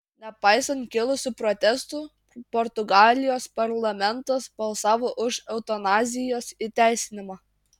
nepaisant kilusių protestų portugalijos parlamentas balsavo už eutanazijos įteisinimą